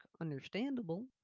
understandable